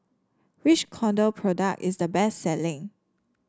which Kordel product is the best selling